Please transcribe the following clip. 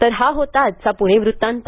तर हा होता आजचा पुणे वृत्तांत